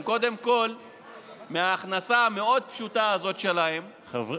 קודם כול מההכנסה המאוד-פשוטה שלהם חייבים,